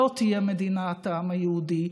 שלא תהיה מדינת העם היהודי,